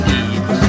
eat